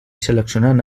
seleccionant